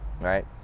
right